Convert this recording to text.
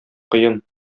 кыен